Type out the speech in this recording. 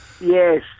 Yes